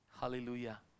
hallelujah